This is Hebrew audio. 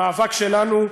המאבק שלנו,